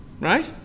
Right